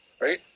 right